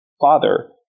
father